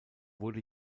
wurde